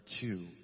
two